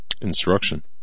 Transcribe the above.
instruction